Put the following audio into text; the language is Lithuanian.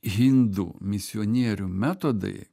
hindų misionierių metodai